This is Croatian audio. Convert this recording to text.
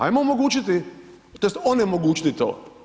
Ajmo omogućiti, tj. onemogućiti to.